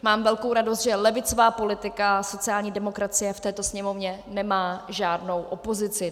Mám velkou radost, že levicová politika sociální demokracie v této Sněmovně nemá žádnou opozici.